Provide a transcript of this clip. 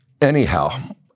Anyhow